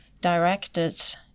directed